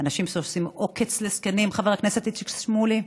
אנשים שעושים עוקץ לזקנים, חבר הכנסת איציק שמולי,